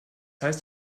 heißt